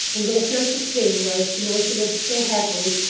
and what a precious thing it was to know she lived so happily,